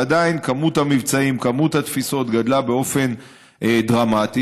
עדיין היקף המבצעים והיקף התפיסות גדלו באופן דרמטי.